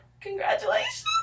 congratulations